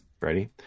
ready